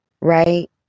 right